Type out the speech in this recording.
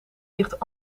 ligt